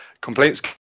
Complaints